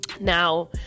Now